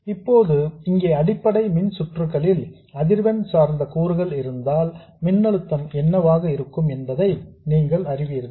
இப்போது இங்கே அடிப்படை மின் சுற்றுகளில் அதிர்வெண் சார்ந்த கூறுகள் இருந்தால் மின்னழுத்தம் என்னவாக இருக்கும் என்பதை நீங்கள் அறிவீர்கள்